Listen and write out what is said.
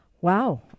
Wow